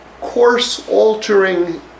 course-altering